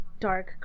Dark